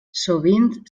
sovint